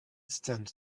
stands